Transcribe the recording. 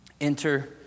Enter